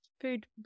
food